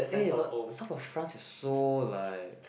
eh but South of France is so like